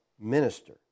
minister